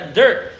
dirt